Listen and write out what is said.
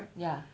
ya